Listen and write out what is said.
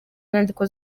inyandiko